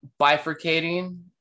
bifurcating